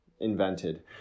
invented